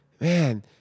man